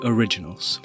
Originals